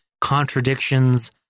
contradictions